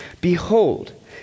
Behold